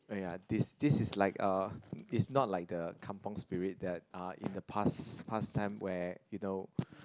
oh ya this this is like uh it's not like the kampung spirit that uh in the past past time where you know